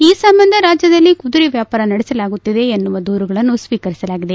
ಈ ಸಂಬಂಧ ರಾಜ್ಯದಲ್ಲಿ ಕುದುರೆ ವ್ಯಾಪಾರ ನಡೆಸಲಾಗುತ್ತಿದೆ ಎನ್ನುವ ದೂರುಗಳನ್ನು ಸ್ವೀಕರಿಸಲಾಗಿದೆ